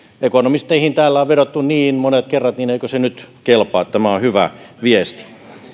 ekonomisteihin täällä on vedottu niin monet kerrat niin eikö se nyt kelpaa tämä on on hyvä viesti